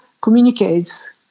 communicates